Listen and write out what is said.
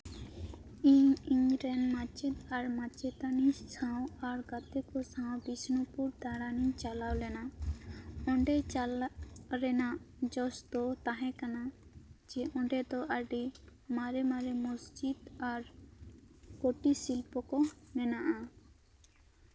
ᱤᱧ ᱤᱧᱨᱮᱱ ᱢᱟᱪᱮᱫ ᱟᱨ ᱢᱟᱪᱮᱛᱟᱹᱱᱤ ᱥᱟᱶ ᱟᱨ ᱜᱟᱛᱮ ᱠᱚ ᱥᱟᱶ ᱵᱤᱥᱱᱩᱯᱩᱨ ᱫᱟᱬᱟᱱ ᱤᱧ ᱪᱟᱞᱟᱣ ᱞᱮᱱᱟ ᱚᱸᱰᱮ ᱪᱟᱞᱟᱣ ᱨᱮᱱᱟᱜ ᱡᱚᱥ ᱫᱚ ᱛᱟᱦᱮᱸ ᱠᱟᱱᱟ ᱡᱮ ᱚᱸᱰᱮ ᱫᱚ ᱢᱟᱨᱮ ᱢᱟᱨᱮ ᱢᱚᱥᱡᱤᱫ ᱟᱨ ᱠᱩᱴᱤᱨ ᱥᱤᱞᱯᱚ ᱠᱚ ᱢᱮᱱᱟᱜᱼᱟ